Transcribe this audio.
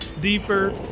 deeper